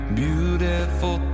beautiful